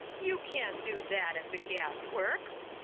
you can't do that at the gas-works.